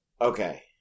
Okay